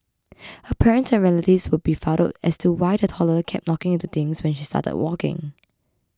her parents and relatives were befuddled as to why the toddler kept knocking into things when she started walking